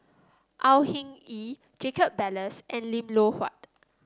Au Hing Yee Jacob Ballas and Lim Loh Huat